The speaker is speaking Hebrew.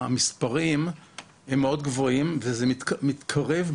המספרים הם מאוד גבוהים וזה מתקרב,